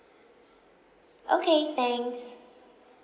okay thanks